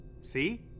See